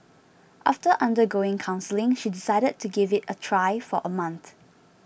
after undergoing counselling she decided to give it a try for a month